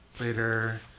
later